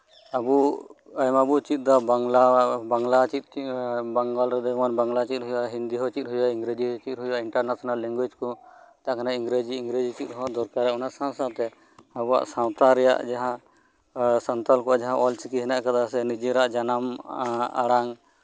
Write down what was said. ᱟᱵᱚ ᱟᱭᱢᱟ ᱵᱚᱱ ᱪᱮᱫ ᱮᱫᱟ ᱵᱟᱝᱞᱟ ᱪᱮᱫ ᱪᱮᱫ ᱵᱮᱝᱜᱚᱞ ᱨᱮᱫᱚ ᱵᱟᱝᱞᱟ ᱪᱮᱫ ᱦᱳᱭᱳᱜᱼᱟ ᱦᱤᱱᱫᱤ ᱦᱚᱸ ᱪᱮᱫ ᱦᱳᱭᱳᱜᱼᱟ ᱤᱝᱨᱮᱡᱤ ᱦᱚᱸ ᱦᱳᱭᱳᱜᱼᱟ ᱤᱱᱴᱟᱨ ᱱᱮᱥᱚᱱᱮᱞ ᱞᱮᱝᱜᱩᱭᱮᱡᱽ ᱠᱚ ᱛᱟᱨᱯᱚᱨ ᱤᱝᱨᱮᱡᱤ ᱚᱱᱟ ᱥᱟᱶ ᱥᱟᱶᱛᱮ ᱟᱵᱚᱣᱟᱜ ᱥᱟᱶᱛᱟ ᱨᱮᱭᱟᱜ ᱥᱟᱱᱛᱟᱲ ᱨᱮᱭᱟᱜ ᱦᱚᱨᱚᱯᱷ ᱠᱚ ᱢᱮᱱᱟᱜ ᱟᱠᱟᱫᱟ ᱥᱮ ᱚᱞᱪᱤᱠᱤ ᱱᱤᱡᱮᱨᱟᱜ ᱡᱟᱱᱟᱢ ᱟᱲᱟᱝ